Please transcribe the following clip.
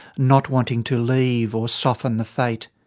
not wanting to leave or soften the fate.